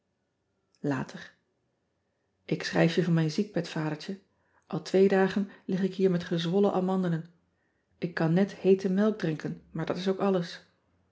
ater k schrijf je van mijn ziekbed adertje l twee dagen lig ik hier met gezwollen amandelen k kan net heete melk drinken maar dat is ook alles